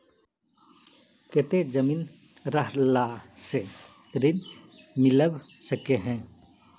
केते जमीन रहला से ऋण मिलबे सके है?